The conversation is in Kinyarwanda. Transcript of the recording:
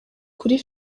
kuri